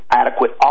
adequate